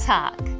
Talk